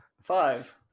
Five